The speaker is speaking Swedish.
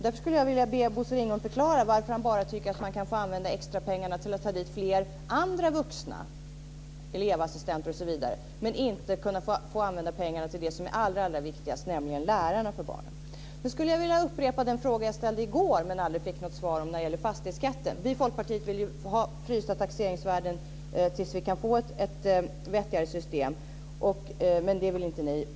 Jag skulle vilja be Bosse Ringholm förklara varför han tycker att man bara kan använda extrapengarna till att ta dit fler andra vuxna, elevassistenter osv. men inte kunna använda pengarna till det som är det allra viktigaste, nämligen lärarna till barnen. Jag skulle vilja upprepa den fråga som jag ställde i går men aldrig fick något svar när det gäller fastighetsskatten. Vi i Folkpartiet vill ha frysta taxeringsvärden tills vi kan få ett vettigt system, men det vill inte ni.